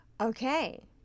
Okay